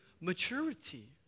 maturity